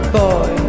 boy